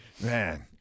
Man